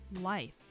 life